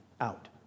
out